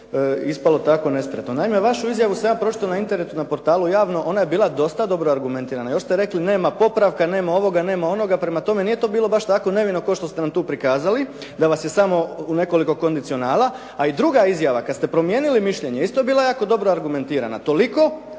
ispalo tako nespretno. Naime, vašu izjavu sam ja pročitao na internetu na portalu Javno, ona je bila dosta dobro argumentirana. Još ste rekli nema popravka, nema ovoga, nema onoga, prema tome, nije to bilo baš tako nevino kao što ste nam tu prikazali da vas je samo u nekoliko kondicionala. A i druga izjava kad ste promijenili mišljenje isto je bila jako dobro argumentirana, toliko